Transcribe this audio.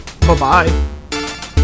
Bye-bye